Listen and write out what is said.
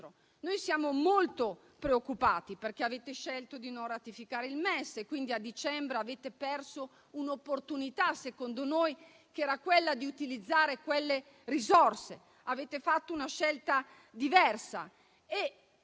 Siamo molto preoccupati, perché avete scelto di non ratificare il MES e quindi, a dicembre, avete perso un'opportunità, che secondo noi era quella di utilizzare quelle risorse. Avete fatto una scelta diversa